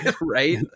right